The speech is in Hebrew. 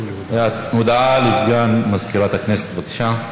הודעה לסגן מזכירת הכנסת, בבקשה.